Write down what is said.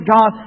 God